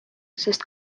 sest